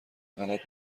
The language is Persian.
غلط